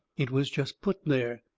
it was jest put there.